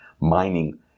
mining